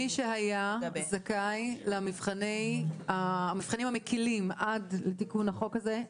מי שהיה זכאי למבחנים המקלים עד לתיקון החוק הזה,